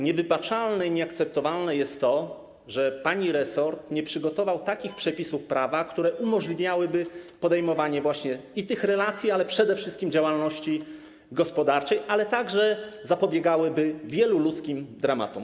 Niewybaczalne i nieakceptowalne jest to, że pani resort nie przygotował takich przepisów prawa, które umożliwiałyby podejmowanie właśnie tych relacji, przede wszystkim działalności gospodarczej, ale także zapobiegałyby wielu ludzkim dramatom.